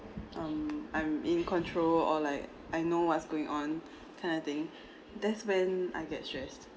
um I'm in control or like I know what's going on and I think that's when I get stressed